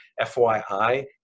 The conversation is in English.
FYI